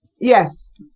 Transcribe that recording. Yes